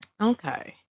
okay